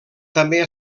també